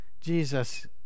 Jesus